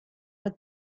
with